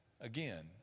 again